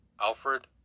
Alfred